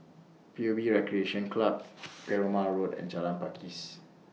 P U B Recreation Club Perumal Road and Jalan Pakis